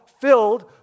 filled